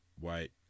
white